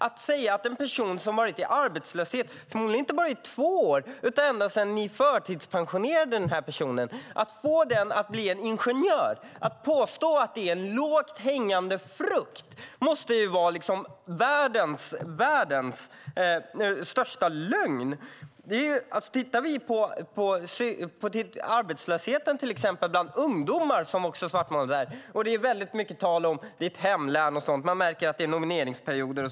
Att säga att en person som varit i arbetslöshet, kanske inte bara i två år utan ända sedan ni förtidspensionerade personen, ska bli ingenjör låter inte rimligt. Att påstå att det finns 80 000 lågt hängande flykter är världens största lögn! Det talas om arbetslösheten bland ungdomar och det är väldigt mycket tal om arbetslösheten i Pia Nilssons hemlän. Man märker att det är nomineringsperiod.